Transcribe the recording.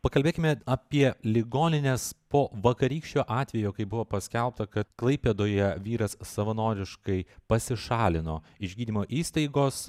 pakalbėkime apie ligonines po vakarykščio atvejo kai buvo paskelbta kad klaipėdoje vyras savanoriškai pasišalino iš gydymo įstaigos